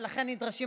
ולכן נדרשים,